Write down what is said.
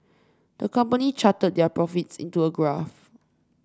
the company charted their profits into a graph